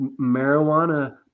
marijuana